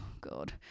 God